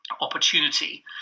opportunity